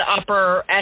upper